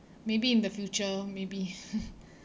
maybe in the future maybe